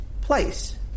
place